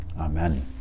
Amen